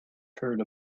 heard